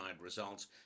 results